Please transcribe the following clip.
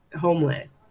homeless